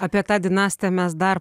apie tą dinastiją mes dar